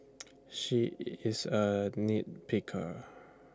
she is A nit picker